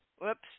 Whoops